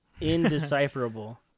indecipherable